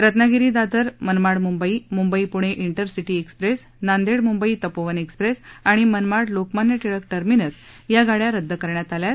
Ratnagiri Dadar Manmad Mumbai Mumbai Pune intercity express Nanded Mumbai Tapovan express आणि Manmad Lokmanya Tilak terminus या गाडया रदद करण्यात आल्या आहेत